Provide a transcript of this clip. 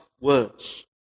words